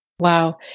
Wow